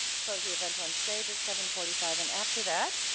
close the event on stage at seven forty five. and after that,